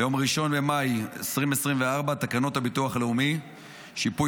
ביום 1 במאי 2024 תקנות הביטוח הלאומי (שיפוי